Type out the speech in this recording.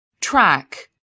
Track